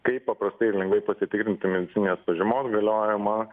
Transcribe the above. kaip paprastai ir lengvai pasitikrinti medicininės pažymos galiojimą